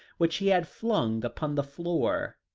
which he had flung upon the floor.